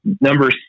Number